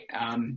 right